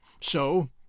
So